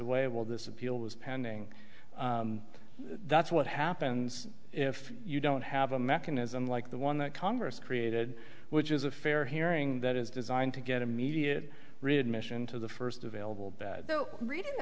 away will this appeal was pending that's what happens if you don't have a mechanism like the one that congress created which is a fair hearing that is designed to get immediate readmission to the first available bad